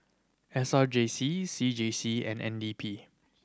S R J C C J C and N D P